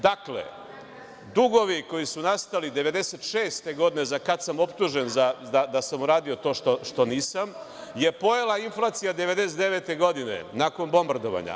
Dakle, dugovi koji su nastali 1996. godine, kada sam optužen da sam uradio to što nisam, je pojela inflacija 1999. godine nakon bombardovanja.